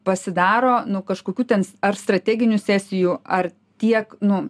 pasidaro nu kažkokių ten ar strateginių sesijų ar tiek nu